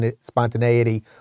spontaneity